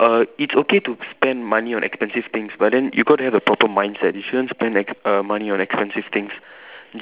err it's okay to spend money on expensive things but then you got to have a proper mindset you shouldn't spend e~ err money on expensive things